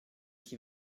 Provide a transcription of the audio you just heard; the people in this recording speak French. qui